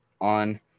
on